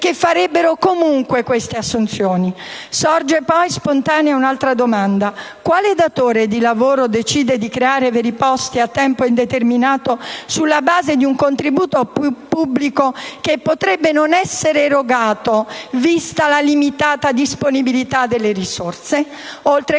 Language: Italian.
che farebbero comunque queste assunzioni. Sorge poi spontanea un'altra domanda: quale datore di lavoro decide di creare veri posti a tempo indeterminato, sulla base di un contributo pubblico che potrebbe non essere erogato, vista la limitata disponibilità delle risorse? Oltre